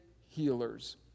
healers